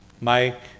Mike